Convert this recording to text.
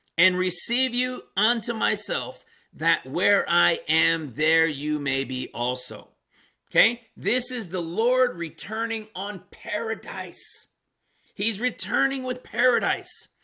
and receive you unto myself that where i am there you may be also okay, this is the lord returning on paradise he's returning with paradise